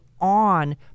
on